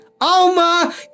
Alma